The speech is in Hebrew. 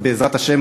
ובעזרת השם,